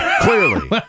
clearly